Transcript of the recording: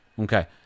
Okay